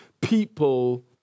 people